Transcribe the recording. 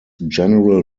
general